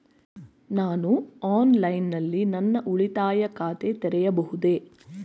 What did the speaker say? ನಾನು ಆನ್ಲೈನ್ ನಲ್ಲಿ ನನ್ನ ಉಳಿತಾಯ ಖಾತೆ ತೆರೆಯಬಹುದೇ?